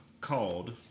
called